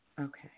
Okay